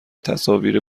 تصاویر